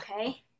Okay